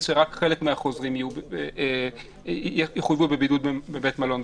שרק חלק מהחוזרים יחויבו בבידוד בית מלון.